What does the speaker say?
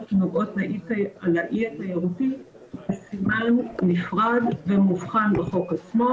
שנוגעות לאי התיירותי כסימן נפרד ומובחן בחוק עצמו,